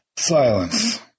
Silence